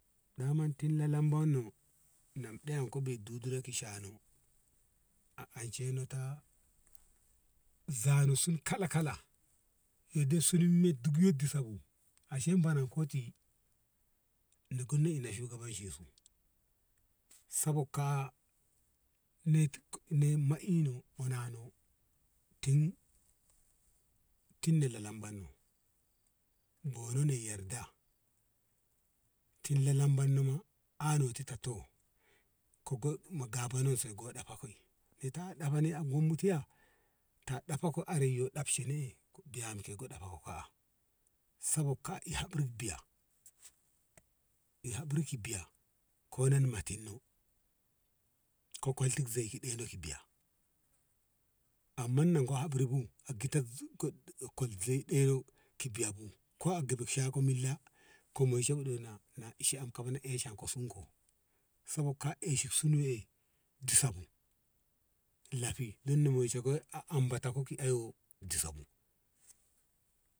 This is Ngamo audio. Daman tin na lambanban no namɗa ya ko dudura ki shano a anshe no ta zane sun kalakala yadda sunun me duk disabu ashen banan koti ni gonna inna shugabancin su sagog ka nei me i no onano tin tin na lalamban no gono nei yarda tin na lalamban na ma ano ta tot to ko go ta bonen se go ɗafan se go ɗafa koi ɗafa gommu tiya ta ɗafa ko are yo ɗafshe ne`e biyam ke ɗafa ka`a sabab ka iya habri biya i habri ki biya go nan motin no ko kwalti zei ka ɗono ka biyya amma na ko habri bu kita kwal zei ɗono ki biyya bu ko a gaba shago milla ko moishe bu na isha am kaba na eshen ko sun ko sabo ka esha sun ye disa bu lafe don monshe ko a a ambato ki ewo disa bu.